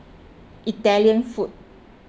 italian food